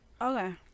okay